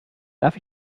darf